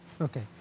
okay